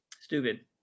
Stupid